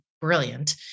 brilliant